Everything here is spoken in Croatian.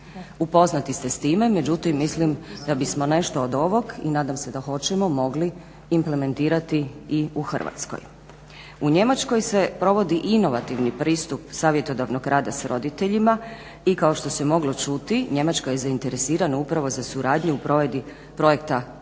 upoznati ste s time, međutim mislim da bi smo nešto od ovog i nadam se da hoćemo mogli implementirati i u Hrvatskoj. U Njemačkoj se provodi inovativni pristup savjetodavnog rada s roditeljima i kao što se moglo čuti Njemačka je zainteresirana upravo za suradnju u provedbi projekta, tog